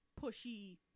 pushy